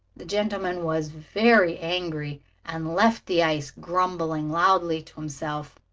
the gentleman was very angry and left the ice, grumbling loudly to himself.